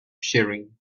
sharing